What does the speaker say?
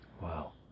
Wow